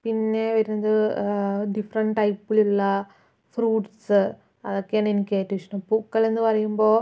പിന്നെ വരുന്നത് ഡിഫറെൻറ് ടൈപ്പിലുള്ള ഫ്രൂട്ട്സ് അതൊക്കെയാണ് എനിക്ക് ഏറ്റവും ഇഷ്ടം പൂക്കൾ എന്ന് പറയുമ്പോൾ